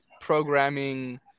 programming